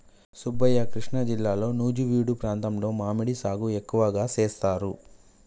సుబ్బయ్య కృష్ణా జిల్లాలో నుజివీడు ప్రాంతంలో మామిడి సాగు ఎక్కువగా సేస్తారు